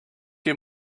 you